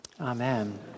Amen